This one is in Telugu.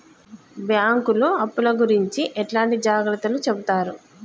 బ్యాంకులు అప్పుల గురించి ఎట్లాంటి జాగ్రత్తలు చెబుతరు?